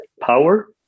power